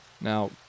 Now